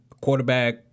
quarterback